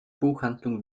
buchhandlung